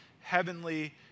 heavenly